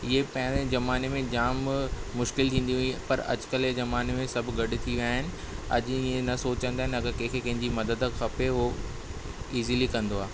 इए पहिरियों ज़माने में जाम मुश्किल थींदी हुई पर अॼुकल्ह जे ज़माने में सभु गॾ थी विया आहिनि अॼु ईअं न सोचंदा आहिनि अगरि कंहिंखे कंहिंजी मदद खपे उहो इज़ीली कंदो आहे